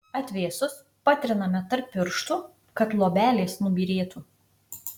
atvėsus patriname tarp pirštų kad luobelės nubyrėtų